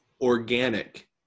organic